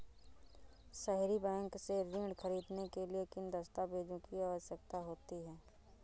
सहरी बैंक से ऋण ख़रीदने के लिए किन दस्तावेजों की आवश्यकता होती है?